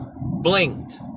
blinked